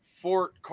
Fort